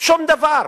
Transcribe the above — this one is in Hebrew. שום דבר.